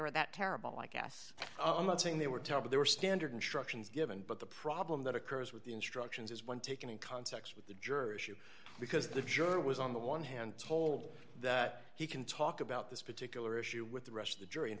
were that terrible i guess i'm not saying they were terrible they were standard structures given but the problem that occurs with the instructions is when taken in context with the jurors you because the judge who was on the one hand told that he can talk about this particular issue with the rest of the jury in